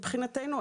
מבחינתנו,